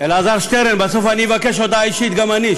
אלעזר שטרן, בסוף אבקש הודעה אישית גם אני,